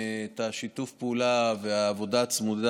ומבינים את שיתוף הפעולה והעבודה הצמודה